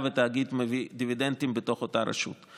שהתאגיד מביא דיבידנדים בתוך אותה רשות.